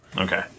Okay